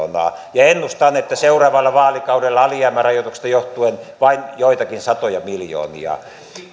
ja ennustan että seuraavalla vaalikaudella alijäämärajoituksista johtuen vain joitakin satoja miljoonia